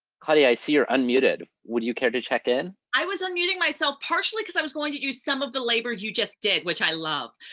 claudia, i see you're unmuted. would you care to check-in? i was unmuting myself partially cause i was going to do some of the labor you just did, which i love.